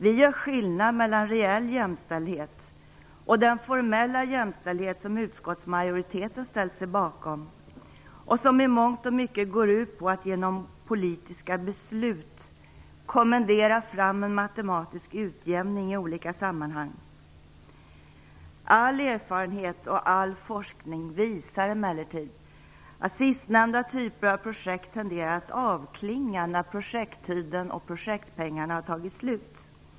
Vi gör skillnad mellan reell jämställdhet och den formella jämställdhet som utskottsmajoriteten ställt sig bakom, och som i mångt och mycket går ut på att genom politiska beslut kommendera fram en matematisk utjämning i olika sammanhang. All erfarenhet och all forskning visar emellertid att sistnämnda typer av projekt tenderar att avklinga när projekttiden och projektpengarna har tagit slut.